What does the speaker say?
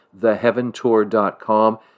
theheaventour.com